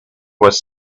was